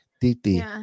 titi